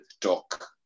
talk